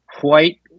White